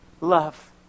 love